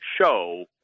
show